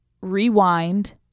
Rewind